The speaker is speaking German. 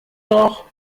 noch